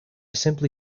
simply